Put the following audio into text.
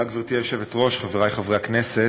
גברתי היושבת-ראש, תודה, חברי חברי הכנסת,